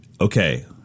okay